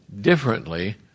differently